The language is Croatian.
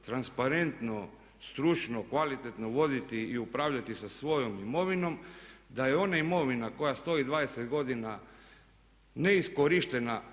transparentno, stručno, kvalitetno voditi i upravljati sa svojom imovinom, da je ona imovina koja stoji 20 godina neiskorištena,